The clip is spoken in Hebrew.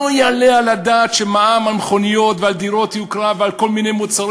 לא יעלה על הדעת שמע"מ על מכוניות ועל דירות יוקרה ועל כל מיני מוצרי